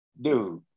dude